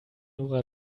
nora